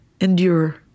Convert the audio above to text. Endure